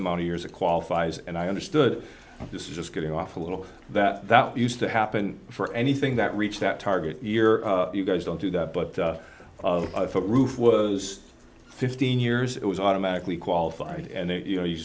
amount of years of qualifies and i understood this is just getting off a little that used to happen for anything that reach that target year you guys don't do that but the roof was fifteen years it was automatically qualified and you know you